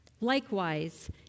Likewise